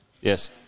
Yes